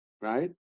right